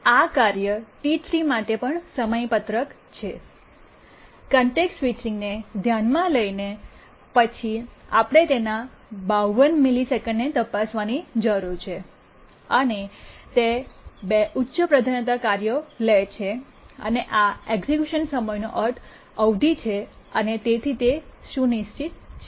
આ કાર્ય ટી૩ માટે પણ સમયપત્રક છે કોન્ટેક્સ્ટ સ્વિચિંગ ને ધ્યાનમાં લઈને પછી આપણે તેના 52 મિલિસેકંડને તપાસવાની જરૂર છે અને તે બે ઉચ્ચ પ્રાધાન્યતા કાર્યો લે છે અને આ એક્ઝેક્યુશન સમયનો અર્થ અવધિ છે અને તેથી તે સુનિશ્ચિત છે